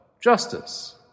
Justice